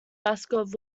mascot